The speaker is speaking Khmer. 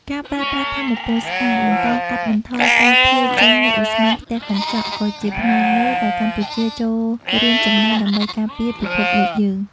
ការប្រើប្រាស់ថាមពលស្អាត និងការកាត់បន្ថយការភាយចេញនៃឧស្ម័នផ្ទះកញ្ចក់ ក៏ជាផ្នែកមួយដែលកម្ពុជាចូលរួមចំណែកដើម្បីការពារពិភពលោកយើង។